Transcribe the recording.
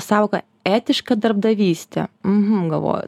savoką etiška darbdavystė mhm galvoju